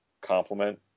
complement